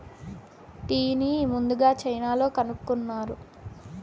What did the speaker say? టీని ముందుగ చైనాలో కనుక్కున్నారు